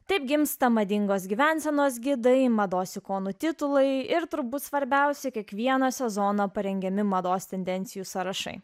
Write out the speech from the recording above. taip gimsta madingos gyvensenos gidai mados ikonų titulai ir turbūt svarbiausia kiekvieną sezoną parengiami mados tendencijų sąrašai